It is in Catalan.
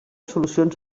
solucions